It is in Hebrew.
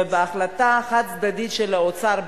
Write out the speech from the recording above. ובהחלטה חד-צדדית של האוצר,